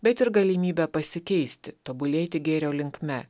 bet ir galimybę pasikeisti tobulėti gėrio linkme